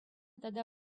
тата